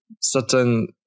certain